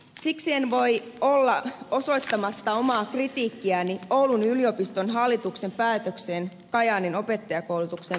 siksi en voi olla osoittamatta omaa kritiikkiäni oulun yliopiston hallituksen päätökselle kajaanin opettajankoulutuksen lakkauttamisesta